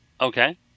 Okay